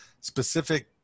specific